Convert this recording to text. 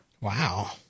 Wow